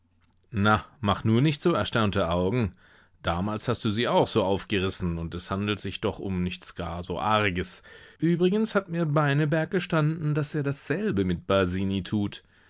na mach nur nicht so erstaunte augen damals hast du sie auch so aufgerissen und es handelt sich doch um nichts gar so arges übrigens hat mir beineberg gestanden daß er dasselbe mit basini tut